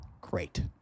great